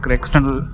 external